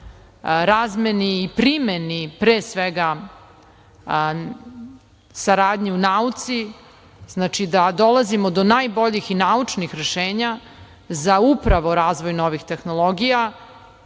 razmeni i primeni pre svega saradnje u nauci, znači da dolazimo do najboljih naučnih rešenja za upravo razvoj novih tehnologija